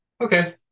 Okay